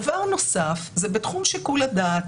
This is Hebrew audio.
דבר נוסף, זה בתחום שיקול הדעת.